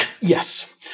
Yes